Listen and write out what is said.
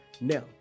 Now